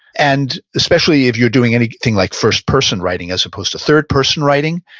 and especially if you're doing anything like first person writing as opposed to third person writing,